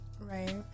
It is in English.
Right